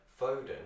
Foden